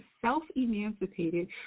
self-emancipated